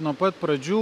nuo pat pradžių